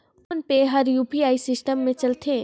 phone पे हर UPI system मे चलथे